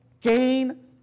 gain